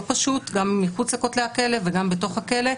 פשוט גם מחוץ לכותלי הכלא וגם בתוך הכלא.